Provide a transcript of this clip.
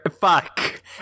fuck